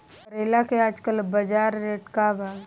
करेला के आजकल बजार रेट का बा?